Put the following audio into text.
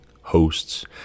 hosts